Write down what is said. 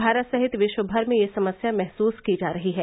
भारत सहित विश्वभर में यह समस्या महसूस की जा रही है